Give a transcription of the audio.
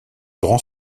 grand